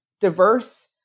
Diverse